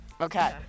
Okay